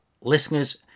Listeners